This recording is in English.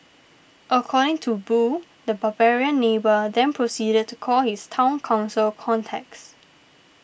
according to Boo the 'barbarian neighbour' then proceeded to call his Town Council contacts